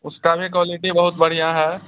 उसकी भी क्वालिटी बहुत बढ़िया है